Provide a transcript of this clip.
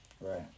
Right